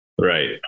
Right